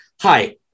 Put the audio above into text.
Hi